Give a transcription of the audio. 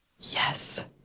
Yes